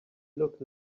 look